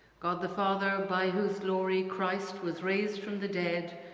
god the father by whose glory christ was raised from the dead,